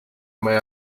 may